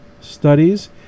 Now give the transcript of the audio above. studies